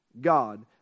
God